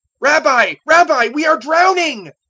rabbi, rabbi, we are drowning.